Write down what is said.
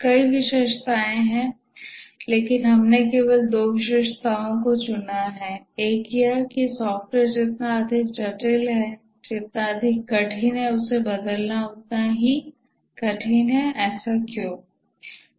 कई विशेषताएं हैं लेकिन हमने केवल दो विशेषताओं को ही चुना है एक यह है कि सॉफ्टवेयर जितना अधिक जटिल है जितना अधिक कठिन हैं उसे बदलना उतना ही कठिन है ऐसा क्यों है